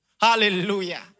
Hallelujah